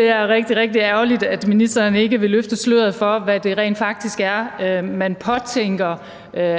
er rigtig, rigtig ærgerligt, at ministeren ikke vil løfte sløret for, hvad det rent faktisk er, man påtænker